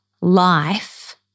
life